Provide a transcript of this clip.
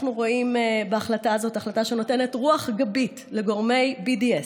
אנחנו רואים בהחלטה הזאת החלטה שנותנת רוח גבית לגורמי BDS,